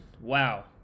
Wow